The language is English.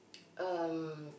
um